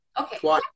Okay